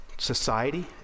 society